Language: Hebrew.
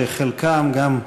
שחלקם גם,